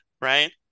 Right